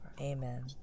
Amen